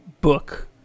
book